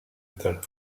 métal